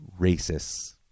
racists